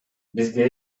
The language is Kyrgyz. бизге